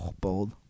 Bold